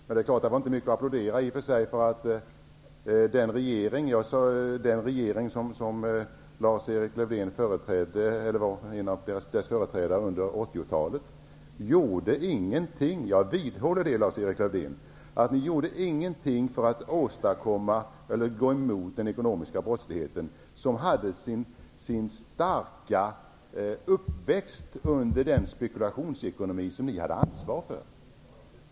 Men det var i och för sig inte mycket att applådera, för den regering som Lars-Erik Lövdén var en av representanterna för under 80-talet gjorde ingenting, jag vidhåller det, Lars-Erik Lövdén, för att gå emot den ekonomiska brottsligheten, som hade sin starka uppväxt under den spekulationsekonomi som ni hade ansvar för.